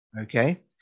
Okay